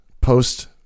post